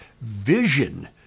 vision